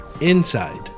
Inside